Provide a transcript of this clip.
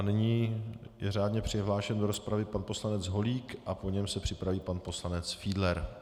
Nyní je řádně přihlášen do rozpravy pan poslanec Holík a po něm se připraví pan poslanec Fiedler.